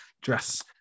dress